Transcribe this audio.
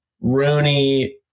Rooney